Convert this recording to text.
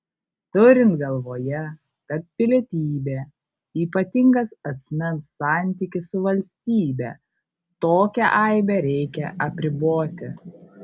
turint galvoje kad pilietybė ypatingas asmens santykis su valstybe tokią aibę reikia apriboti